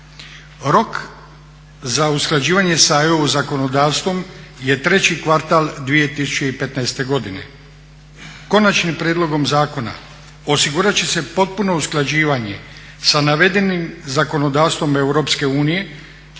Rok za usklađivanje sa EU zakonodavstvom je treći kvartal 2015 godine. Konačnim prijedlogom zakona osigurati će se potpuno usklađivanje sa navedenim zakonodavstvom Europske unije.